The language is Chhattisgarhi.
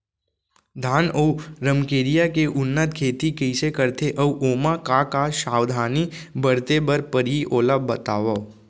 धान अऊ रमकेरिया के उन्नत खेती कइसे करथे अऊ ओमा का का सावधानी बरते बर परहि ओला बतावव?